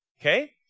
okay